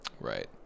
Right